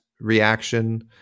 reaction